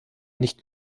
nicht